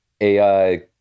AI